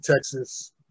Texas